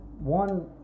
One